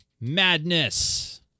madness